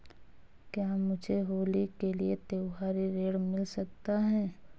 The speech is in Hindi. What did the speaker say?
क्या मुझे होली के लिए त्यौहारी ऋण मिल सकता है?